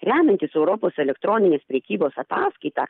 remiantis europos elektroninės prekybos ataskaita